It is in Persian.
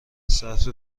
صرف